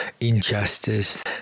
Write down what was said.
injustice